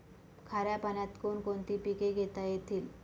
खाऱ्या पाण्यात कोण कोणती पिके घेता येतील?